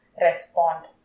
respond